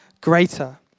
greater